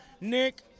Nick